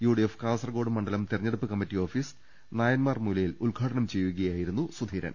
UDF Kasaragod മണ്ഡലം തെരഞ്ഞെടുപ്പ് committee office Nayanmarmoola യിൽ ഉദ്ഘാടനം ചെയ്യുകയായിരുന്നു സുധീരൻ